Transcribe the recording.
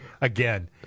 again